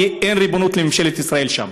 כי אין ריבונות לממשלת ישראל שם.